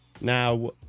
now